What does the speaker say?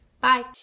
Bye